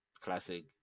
Classic